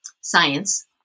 science